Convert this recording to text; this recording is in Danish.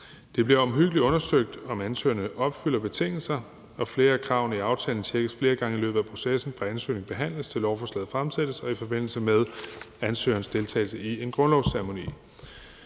Det bliver omhyggeligt undersøgt, om ansøgeren opfylder betingelserne, og flere af kravene i aftalen tjekkes flere gange i løbet af processen, fra ansøgningen behandles, til lovforslaget fremsættes, og i forbindelse med ansøgerens deltagelse i en grundlovsceremoni.